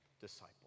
disciple